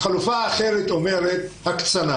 והיא אומרת הקצנה